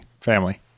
family